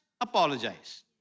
apologize